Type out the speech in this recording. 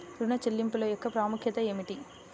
ఋణ చెల్లింపుల యొక్క ప్రాముఖ్యత ఏమిటీ?